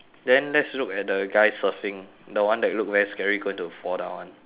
then let's look at the guy surfing the one that look very scary going to fall down [one]